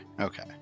okay